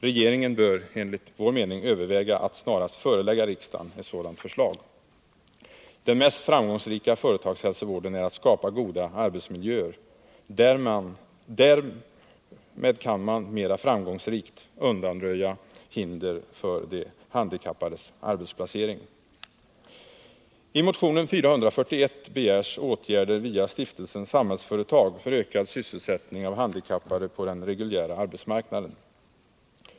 Regeringen bör enligt vår mening överväga att snarast förelägga riksdagen ett sådant förslag. Den mest framgångsrika företagshälsovården är att skapa goda arbetsmiljöer. Därmed kan man mera framgångsrikt undanröja hinder för de I motion 441 begärs åtgärder via Stiftelsen Samhällsföretag för ökad sysselsättning av handikappade på den reguljära arbetsmarknaden.